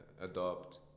adopt